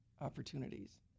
opportunities